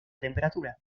temperatura